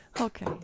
Okay